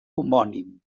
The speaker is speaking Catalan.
homònim